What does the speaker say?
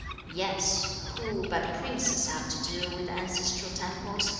yes who but princes have to do with ancestral temples,